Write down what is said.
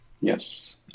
Yes